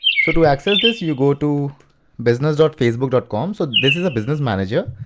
so to access this you go to business ah facebook but com. so this is a business manager.